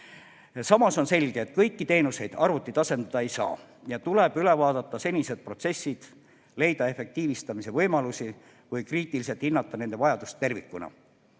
Samas on selge, et kõiki teenuseid arvutid asendada ei saa ja tuleb üle vaadata senised protsessid, leida efektiivistamise võimalusi ning kriitiliselt hinnata nende vajadust tervikuna.